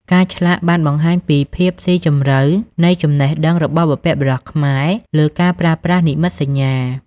ការឆ្លាក់បានបង្ហាញពីភាពស៊ីជម្រៅនៃចំណេះដឹងរបស់បុព្វបុរសខ្មែរលើការប្រើប្រាស់និមិត្តសញ្ញា។